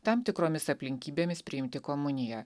tam tikromis aplinkybėmis priimti komuniją